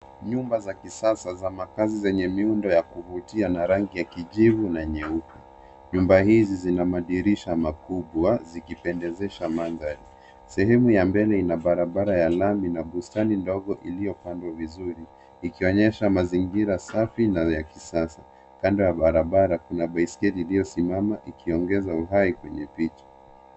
Nyumba za kisasa za makazi zenye muundo ya kuvutia na rangi ya kijivu na nyeupe. Nyumba hizi zina madirisha makubwa zikipendezesha mandhari. Sehemu ya mbele ina barabara ya lami na bustani ndogo iliyopambwa vizuri; ikionyesha mazingira safi na ya kisasa. Kando ya barabara kuna baiskeli iliyosimama ikiongeza uhai kwenye picha.